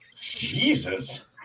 Jesus